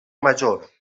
major